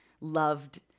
loved